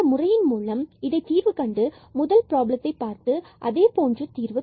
இந்த முறையின் மூலம் நாம் இதை தீர்வு கண்டு முதல் ப்ராப்ளத்தை பார்த்து அதே போன்று தீர்வை காணலாம்